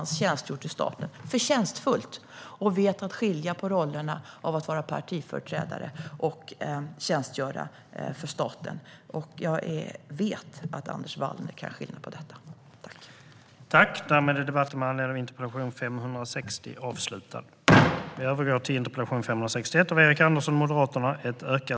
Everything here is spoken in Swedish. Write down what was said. Dessa företrädare har utfört sitt arbete förtjänstfullt och har vetat att skilja på rollerna som partiföreträdare och som tjänstgörande för staten. Jag vet att Anders Wallner kan skilja på dessa roller.